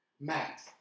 max